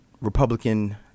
republican